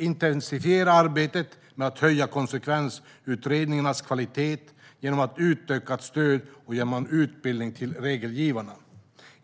intensifiera arbetet med att höja konsekvensutredningarnas kvalitet genom ett utökat stöd och genom utbildning till regelgivarna.